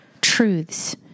truths